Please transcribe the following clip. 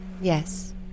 Yes